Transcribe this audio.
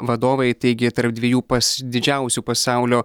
vadovai taigi tarp dviejų pas didžiausių pasaulio